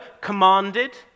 commanded